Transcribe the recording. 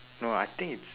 no I think it's